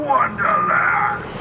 Wonderland